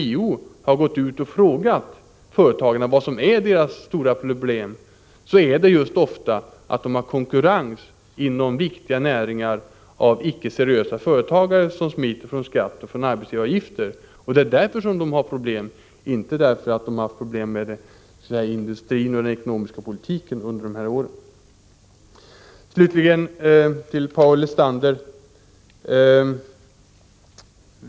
När SHIO gått ut med frågor till företagarna om vilka dessas stora problem är har man ofta fått beskedet att de inom viktiga näringar möter konkurrens från icke seriösa företagare som smiter från skatt och arbetsgivaravgifter. Det är alltså detta som de har haft problem med, inte med svårigheter på grund av den ekonomiska politiken under senare år. Slutligen vill jag säga några ord till Paul Lestander.